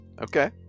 Okay